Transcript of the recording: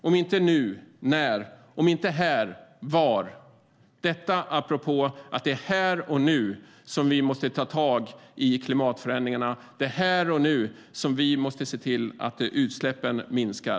Om inte nu - när? Om inte här - var?" Detta apropå att det är här och nu som vi måste ta tag i klimatförändringarna. Det är här och nu som vi måste se till att utsläppen minskar.